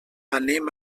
anem